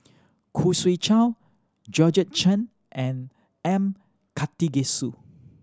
Khoo Swee Chiow Georgette Chen and M Karthigesu